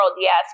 yes